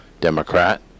Democrat